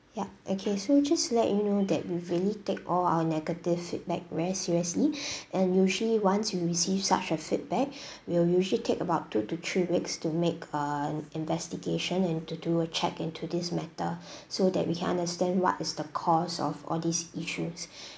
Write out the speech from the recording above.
ya okay so just to let you know that we really take all our negative feedback very seriously and usually once we receive such a feedback we will usually take about two to three weeks to make an investigation and to do a check into this matter so that we can understand what is the cause of all these issues